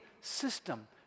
system